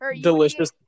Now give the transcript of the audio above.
delicious